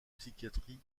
psychiatrie